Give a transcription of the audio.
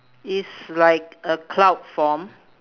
is like a cloud form